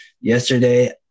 yesterday